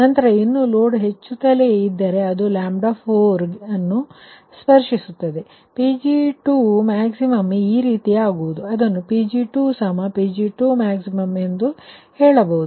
ನಂತರ ಇನ್ನೂ ಲೋಡ್ ಹೆಚ್ಚುತ್ತಲೇ ಇದ್ದರೆ ಅದು 4ಅನ್ನು ಸ್ಪರ್ಶಿಸುತ್ತದೆ ಅದು Pg2max ಈ ರೀತಿಯಾಗುವುದು ಅದನ್ನು Pg2Pg2max ಎಂದೂ ಹೇಳಬಹುದು